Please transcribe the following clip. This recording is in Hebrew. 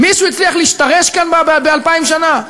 מישהו הצליח להשתרש כאן ב-2,000 שנה?